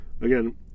again